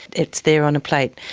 it's there on a plate,